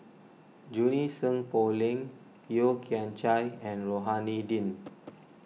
Junie Sng Poh Leng Yeo Kian Chye and Rohani Din